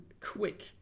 quick